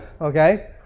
Okay